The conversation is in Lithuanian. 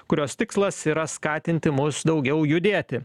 kurios tikslas yra skatinti mus daugiau judėti